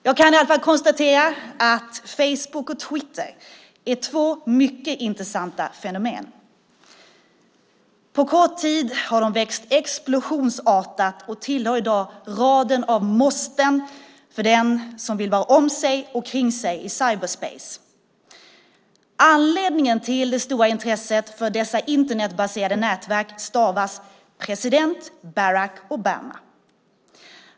Jag kan i alla fall konstatera att Facebook och Twitter är två mycket intressanta fenomen. På kort tid har de växt explosionsartat och tillhör i dag raden av måsten för den som vill vara om sig och kring sig i cyberspace. Anledningen till det stora intresset för dessa Internetbaserade nätverk stavas president Barack Obama.